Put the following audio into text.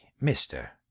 mister